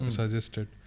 suggested